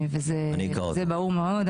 וזה ברור מאוד.